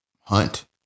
hunt